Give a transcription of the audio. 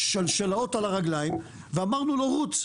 שלשלאות על הרגליים ואמרנו לו: רוץ,